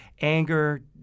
anger